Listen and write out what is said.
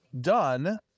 done